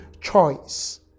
choice